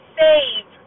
save